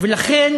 ולכן